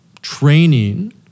training